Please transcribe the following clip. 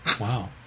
Wow